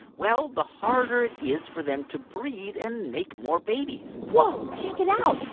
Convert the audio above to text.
well, the harder it is for them to breed and make more babies whoa. check it out.